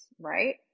right